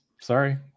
Sorry